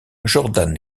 jordan